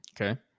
Okay